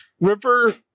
River